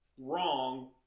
wrong